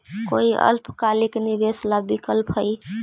कोई अल्पकालिक निवेश ला विकल्प हई?